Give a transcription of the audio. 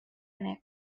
annex